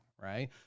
Right